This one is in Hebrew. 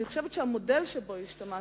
אני חושבת שהמודל שבו השתמשנו,